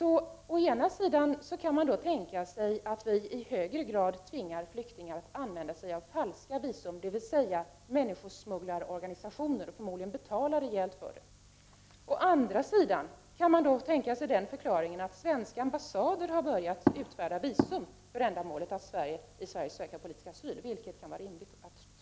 Å ena sidan kan man tänka sig att vi nu i högre grad tvingar flyktingar att använda sig av falskt visum och att använda sig av organisationer som smugglar människor, och att förmodligen betala rejält för detta. Å andra sidan kan man tänka sig den förklaringen att svenska ambassader har börjat utfärda visum för ändamålet att i Sverige söka politisk asyl. Vilket kan vara rimligt?